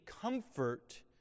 comfort